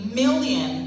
million